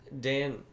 dan